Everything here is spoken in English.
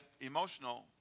emotional